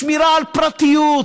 לשמירה על פרטיות,